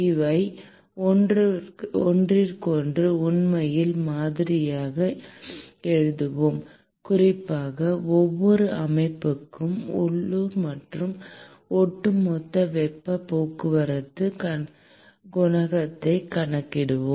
இவை ஒவ்வொன்றிற்கும் உண்மையில் மாதிரிகளை எழுதுவோம் குறிப்பாக ஒவ்வொரு அமைப்புக்கும் உள்ளூர் மற்றும் ஒட்டுமொத்த வெப்பப் போக்குவரத்துக் குணகத்தைக் கணக்கிடுவோம்